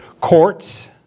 courts